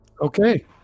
Okay